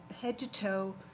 head-to-toe